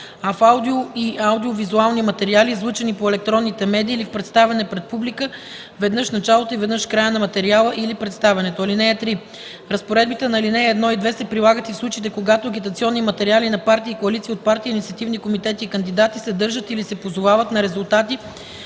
а в аудио- и аудио-визуални материали, излъчени по електронните медии, или в представяне пред публика – веднъж в началото и веднъж в края на материала или представянето. (3) Разпоредбите на ал. 1 и 2 се прилагат и в случаите, когато агитационни материали на партии, коалиции от партии, инициативни комитети и кандидати съдържат или се позовават на резултати